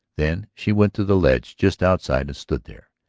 then she went to the ledge just outside and stood there,